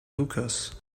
hookahs